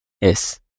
Yes